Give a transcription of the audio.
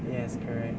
yes correct